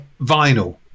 vinyl